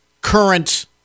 current